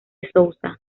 souza